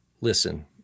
listen